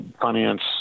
finance